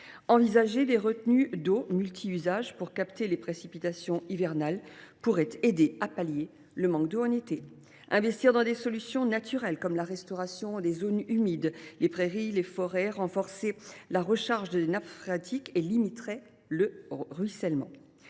Envisager des retenues d’eau multi usages pour capter les précipitations hivernales pourrait aider, par exemple, à pallier le manque d’eau en été. Investir dans des solutions naturelles comme la restauration des zones humides, des prairies et des forêts renforcerait la recharge des nappes phréatiques et limiterait le ruissellement.